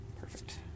Perfect